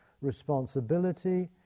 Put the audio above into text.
responsibility